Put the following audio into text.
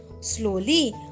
Slowly